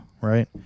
right